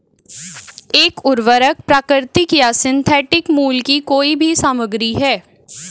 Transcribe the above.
एक उर्वरक प्राकृतिक या सिंथेटिक मूल की कोई भी सामग्री है